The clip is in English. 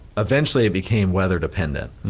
eventually it became weather dependent,